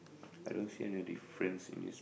I don't see any difference in this